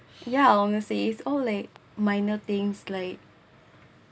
yeah honestly it's all like minor things like